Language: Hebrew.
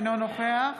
אינו נוכח